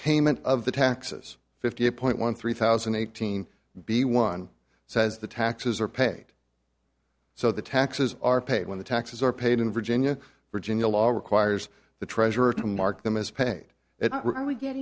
payment of the taxes fifty eight point one three thousand eight hundred b one says the taxes are paid so the taxes are paid when the taxes are paid in virginia virginia law requires the treasurer to mark them as paid if not really get